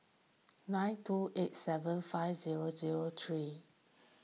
nine two eight seven five zero zero three